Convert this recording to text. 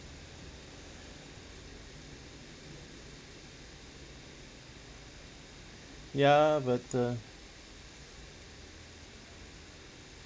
ya but uh